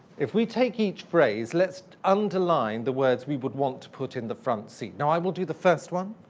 if we take each phrase, let's underline the words we would want to put in the front seat. now, i will do the first one.